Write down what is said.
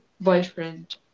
boyfriend